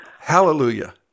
hallelujah